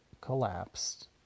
collapsed